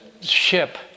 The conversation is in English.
ship